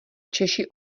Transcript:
češi